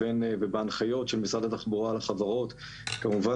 ובהנחיות של משרד התחבורה לחברות כמובן